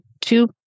two